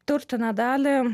turtinę dalį